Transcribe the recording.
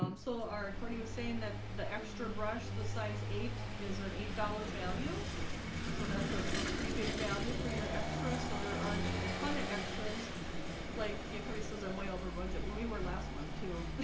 um so our accordion was saying that the extra brush the size eight is an eight dollar value so that's ah a pretty big value for your extra. so there aren't a ton of extras like yeah, corey says i'm way over budget we were last month, too.